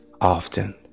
often